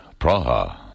Praha